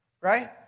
right